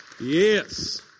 Yes